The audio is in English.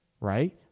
right